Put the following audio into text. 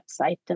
website